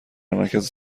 مرکز